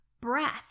breath